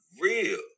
real